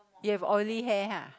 you have oily hair !huh!